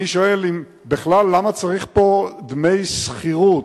אני שואל, בכלל, למה צריך פה דמי שכירות?